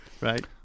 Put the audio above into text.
Right